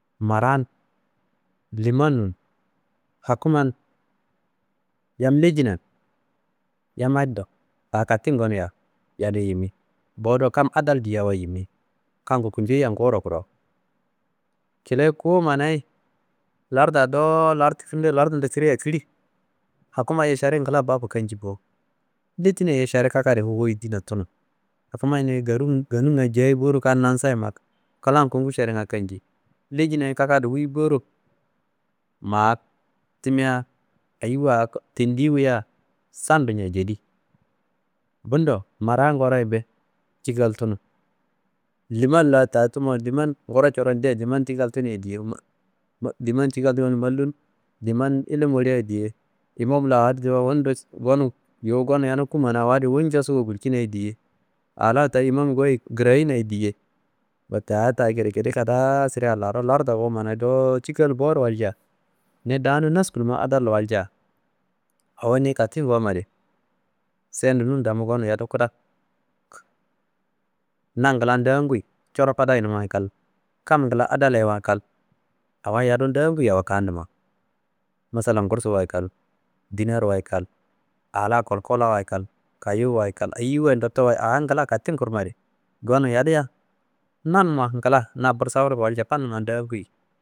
Mara n liman nun hakuma n yam lejina n yam addo a katin ngoniyia yadum yimi bo do kam adal diya wa yadum yimi. Kanngu kunjoya nguro kuro. Kina kumanayi larda dowo lardunde kiriye lardu kili hakumayi ye šara ngila bafu kancin bo lejinayi ye šara kakadun wuyi dina tunu hakumayi ni nganun ganunngayi kan nansayi ma klan kongu šaranga kanci lejinaye kakadu wuyi boro ma timea eyiwa a tindiyi wuya sando ña jedi bundo mara ngoroyenbe cikaltunu liman la ta tumu liman ngoron de liman cikaltunu ye diye «hesitation » liman cikaltunu mallum liman ilim woliya diye, imam la a adi di wundo wunu yuwu gonum yadum kummanayi awo adiyi wun njosuwo gulcina ye diye a la ta imamiyi goyi girayina ye diye. Wette a ta gedegede kadaa sidea laro larda wumanayi dowo cikal boro walcia ni danum naskinumma adalro walca awo niyi katin gomadi sen do nunum damu gonum yadum kudak na gilan danguyim coro fadayenwa kal kam ngila adalewa kal awa yadu danguyi. Masalan gursuwa kal, dinarwa kal, a la kulko la wa kal, kayowuwayi kal eyiyiwa nduttowayi a ngila katin kurmadi gonuwu yadiya nanumma ngila na bursawuduro walcia fannuman dagui